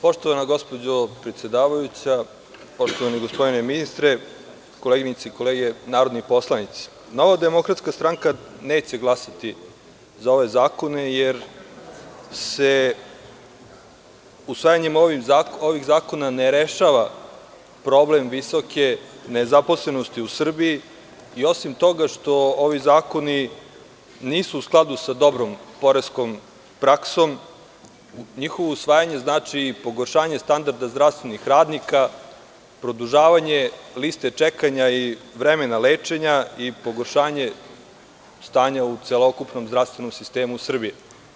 Poštovana gospođo predsedavajuća, poštovani gospodine ministre, koleginice i kolege narodni poslanici, Nova demokratska stranka neće glasati za ove zakone, jer se usvajanjem ovih zakona ne rešava problem visoke nezaposlenosti u Srbiji i osim toga što ovi zakoni nisu u skladu sa dobrom poreskom praksom, njihovo usvajanje znači pogoršanje standarda zdravstvenih radnika, produžavanje liste čekanja i vremena lečenja i pogoršanje stanja u celokupnom zdravstvenom sistemu Srbije.